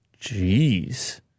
Jeez